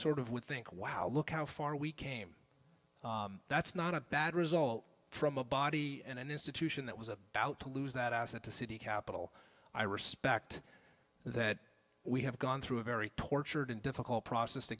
sort of would think wow look how far we came that's not a bad result from a body in an institution that was about to lose that asset the city capital i respect that we have gone through a very tortured and difficult process to